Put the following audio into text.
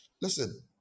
Listen